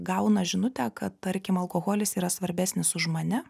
gauna žinutę kad tarkim alkoholis yra svarbesnis už mane